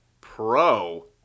pro